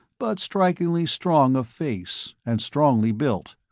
but strikingly strong of face and strongly built.